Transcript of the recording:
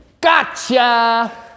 gotcha